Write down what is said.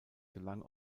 gelang